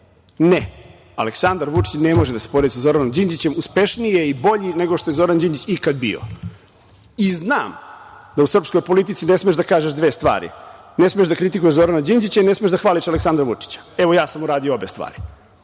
Ne, Aleksandar Vučić ne može da se poredi sa Zoranom Đinđićem, uspešniji je i bolji nego što je Zoran Đinđić ikad bio. I znam da u srpskoj politici ne smeš da kažeš dve stvari. Ne smeš da kritikuješ Zorana Đinđića i ne smeš da hvališ Aleksandra Vučića. Evo ja sam uradio obe stvari,